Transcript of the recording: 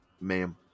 Ma'am